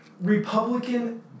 Republican